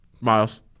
Miles